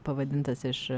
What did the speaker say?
pavadintas iš